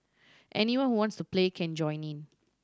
anyone who wants to play can join in